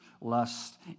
lust